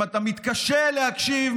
אם אתה מתקשה להקשיב,